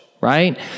right